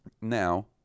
Now